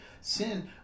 Sin